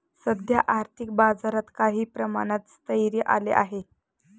सध्या आर्थिक बाजारात काही प्रमाणात स्थैर्य आले आहे